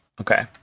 okay